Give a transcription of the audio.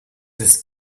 ist